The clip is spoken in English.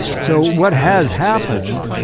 so, what has happened,